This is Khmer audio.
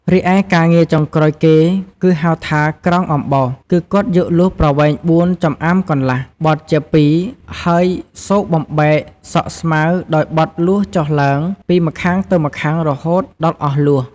រីឯការងារ ចុងក្រោយគេគឺ ហៅថាក្រងអំបោស គឺគាត់យកលួសប្រវែង៤ចម្អាមកន្លះ បត់ជា២ហើយសូកបំបែកសក់ស្មៅដោយបត់លួសចុះឡើង ពីម្ខាងទៅម្ខាងរហូតដល់អស់លួស។